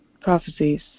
prophecies